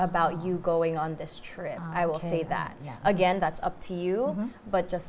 about you going on this trip i will say that again that's up to you but just